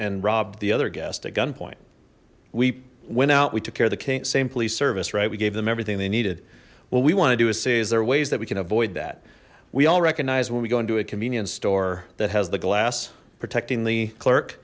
and robbed the other guest at gunpoint we went out we took care of the same police service right we gave them everything they needed what we want to do is say is there ways that we can avoid that we all recognize when we go into a convenience store that has the glass protecting the clerk